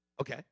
Okay